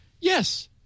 yes